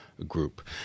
group